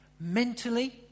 Mentally